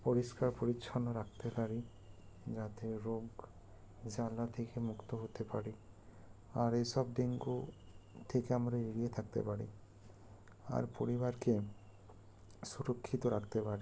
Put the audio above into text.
পরিষ্কার পরিচ্ছন্ন রাখতে পারি যাতে রোগ জ্বালা থেকে মুক্ত হতে পারি আর এসব ডেঙ্গু থেকে আমরা এড়িয়ে থাকতে পারি আর পরিবারকে সুরক্ষিত রাখতে পারি